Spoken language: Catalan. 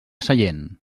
sallent